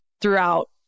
throughout